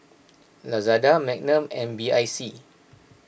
Lazada Magnum and B I C